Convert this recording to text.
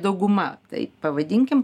dauguma taip pavadinkim